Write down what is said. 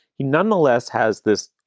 he nonetheless has this.